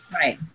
Right